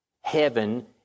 heaven